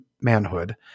manhood